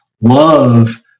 love